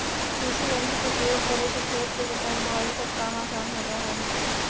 कृषियंत्र के प्रयोग करे से खेत के जोताई, बोआई सब काम असान हो जा हई